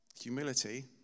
Humility